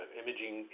imaging